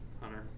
Hunter